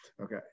Okay